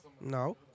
No